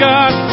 God